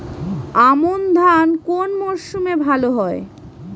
আমন ধান কোন মরশুমে ভাল হয়?